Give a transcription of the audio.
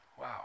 Wow